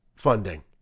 funding